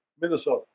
Minnesota